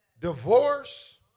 divorce